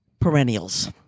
perennials